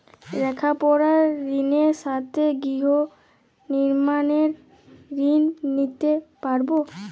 লেখাপড়ার ঋণের সাথে গৃহ নির্মাণের ঋণ নিতে পারব?